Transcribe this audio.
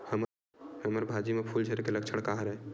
हमर भाजी म फूल झारे के लक्षण का हरय?